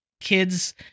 kids